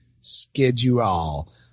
schedule